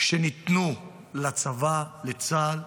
שניתנו לצבא, לצה"ל.